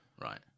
right